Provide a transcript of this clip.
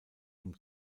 ihm